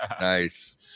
nice